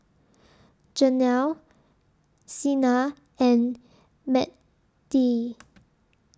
Janel Cena and Mattye